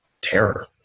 terror